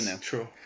true